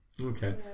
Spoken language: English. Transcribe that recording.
okay